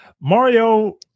Mario